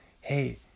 hey